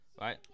right